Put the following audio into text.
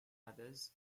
others